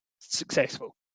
successful